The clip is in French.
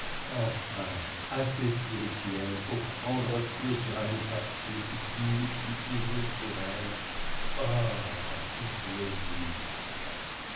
enfin assez spirituelle pour prendre feu sur un mot captieux qui signifie toujours pour elle or et plaisir